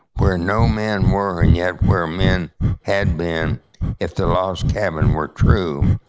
where no men were and yet where men had been if the lost cabin were true.